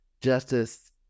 Justice